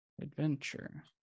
adventure